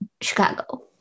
Chicago